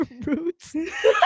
roots